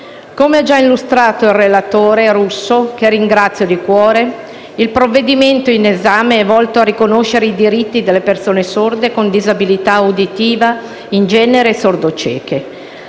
Come è stato già illustrato dal relatore, il senatore Russo, che ringrazio di cuore, il provvedimento in esame è volto a riconoscere i diritti delle persone sorde, con disabilità uditiva in genere e sordocieche,